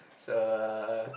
it's a